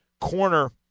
Corner